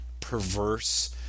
perverse